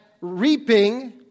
reaping